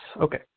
okay